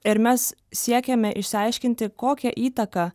ir mes siekiame išsiaiškinti kokią įtaką